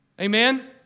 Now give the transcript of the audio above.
Amen